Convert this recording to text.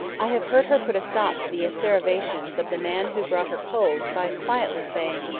i have heard her put a stop to the asseverations of the man who brought her coals by quietly saying,